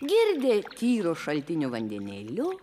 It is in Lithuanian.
girdė tyru šaltinio vandenėliu